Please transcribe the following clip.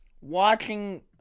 watching